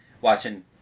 watching